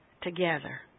together